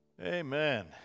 Amen